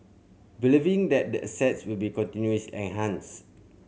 believing that the assets will be continuous enhanced